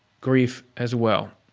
grief as well.